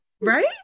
right